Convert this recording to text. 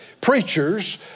preachers